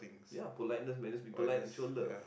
ya politeness man jsut be polite and show love